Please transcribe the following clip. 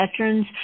veterans